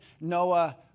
Noah